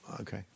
Okay